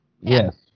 yes